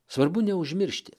svarbu neužmiršti